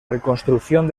reconstrucción